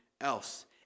else